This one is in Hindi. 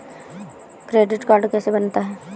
क्रेडिट कार्ड कैसे बनता है?